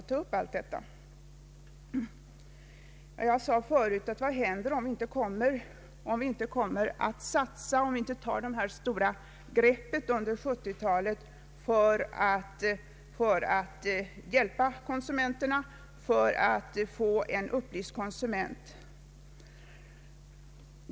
Jag frågade förut vad som händer, om vi inte under 1970-talet tar det stora greppet för att hjälpa medborgarna att bli upplysta konsumenter.